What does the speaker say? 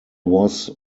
was